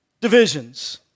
divisions